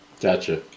Gotcha